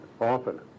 often